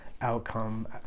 outcome